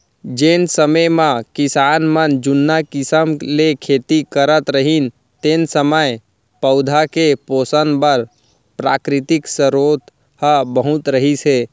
जेन समे म किसान मन जुन्ना किसम ले खेती करत रहिन तेन समय पउधा के पोसन बर प्राकृतिक सरोत ह बहुत रहिस हे